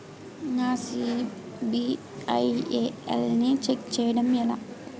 నా సిబిఐఎల్ ని ఛెక్ చేయడం ఎలా?